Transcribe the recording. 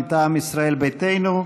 מטעם ישראל ביתנו.